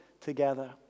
together